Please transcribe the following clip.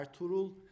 Arturul